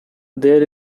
there